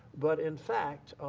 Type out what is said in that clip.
but in fact,